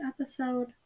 episode